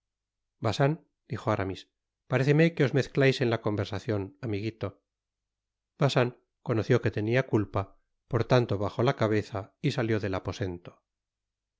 bacin dijo aramis paréceme que os mezclais en la conversacion amiguito bacin conoció que tenia culpa por tanto bajó la cabeza y salió del aposento ah